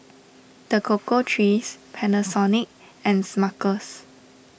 the Cocoa Trees Panasonic and Smuckers